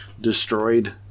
destroyed